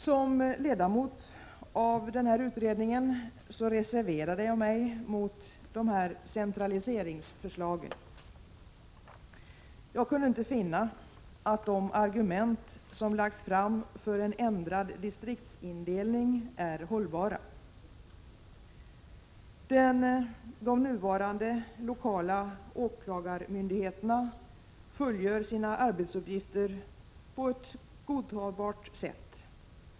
Som ledamot av denna utredning reserverade jag mig mot dessa centraliseringsförslag. Jag kunde inte finna att de argument som lagts fram för en ändrad distriktsindelning var hållbara. De nuvarande lokala åklagarmyndigheterna fullgör sina arbetsuppgifter på ett godtagbart sätt.